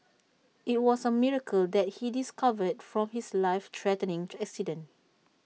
IT was A miracle that he discovered from his life threatening accident